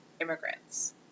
immigrants